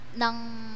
ng